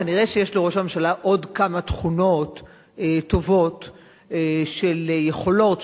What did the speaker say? כנראה יש לראש הממשלה עוד כמה תכונות טובות של יכולות,